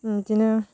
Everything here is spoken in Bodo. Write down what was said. बिदिनो